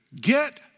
get